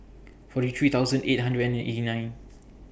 forty three thousand eight hundred and eighty nine